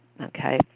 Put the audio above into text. okay